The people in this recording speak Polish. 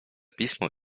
pismo